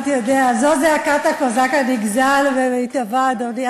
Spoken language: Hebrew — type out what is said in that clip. אתה יודע, זו זעקת הקוזק הנגזל במיטבה, אדוני.